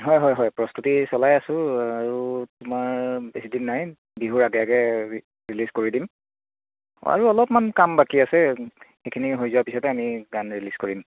হয় হয় হয় প্ৰস্তুতি চলাই আছো আৰু তোমাৰ বেছি দিন নাই বিহুৰ আগে আগে ৰি ৰিলিজ কৰি দিম আৰু অলপমান কাম বাকী আছে সেইখিনি হৈ যোৱা পিছতে আমি গান ৰিলিজ কৰিম